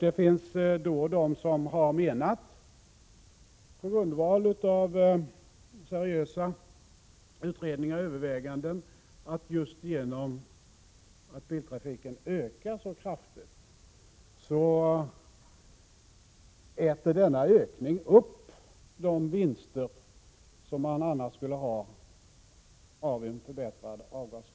Det finns de som på grundval av seriösa utredningar och överväganden menar att genom att biltrafiken ökar så kraftigt, så äter denna ökning upp de vinster som man annars skulle få av en förbättrad avgasrening.